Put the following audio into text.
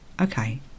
okay